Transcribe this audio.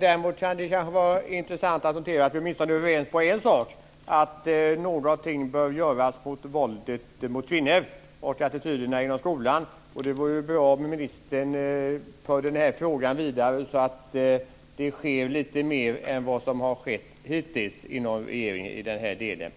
Däremot kan det kanske vara intressant att notera att vi åtminstone är överens om en sak, nämligen att någonting bör göras åt våldet mot kvinnor och attityderna inom skolan. Det vore bra om ministern förde frågan vidare så att det sker lite mer än vad som har skett hittills inom regeringen i den här delen.